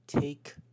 take